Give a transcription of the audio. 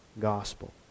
Gospel